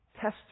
Test